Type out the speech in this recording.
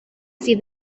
see